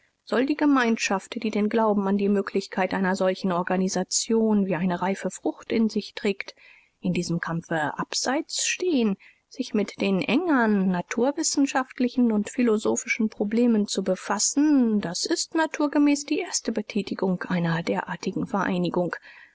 soll die gemeinschaft die den glauben an die möglichkeit einer solchen organisation wie eine reife frucht in sich trägt in diesem kampfe abseits stehen sich mit den engern naturwissenschaftl u philosoph problemen zu befassen das ist naturgemäß die erste betätigung einer derartigen vereinigung